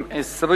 3020,